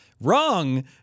wrong